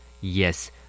Yes